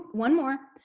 one more.